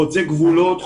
חוצה גבולות,